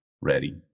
ready